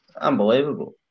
Unbelievable